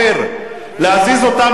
להזיז אותה מן העולם הזה,